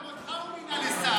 גם אותך הוא מינה לשר,